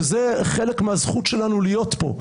שזה חלק מהזכות שלנו להיות פה,